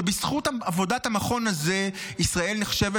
ובזכות עבודת המכון הזה ישראל נחשבת